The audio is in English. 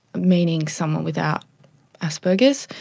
meaning someone without asperger's.